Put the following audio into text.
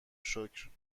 شکرت